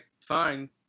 fine